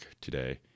today